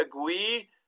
agree